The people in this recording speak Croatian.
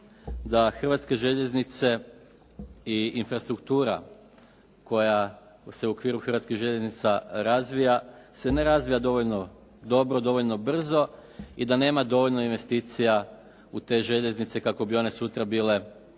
da Hrvatske željeznice i infrastruktura koja se u okviru Hrvatskih željeznica razvija se ne razvija dovoljno dobro, dovoljno brzo i da nema dovoljno investicija u te željeznice kako bi one sutra bile